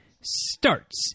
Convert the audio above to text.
starts